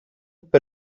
per